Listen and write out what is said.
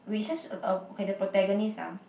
which just a a protagonist ah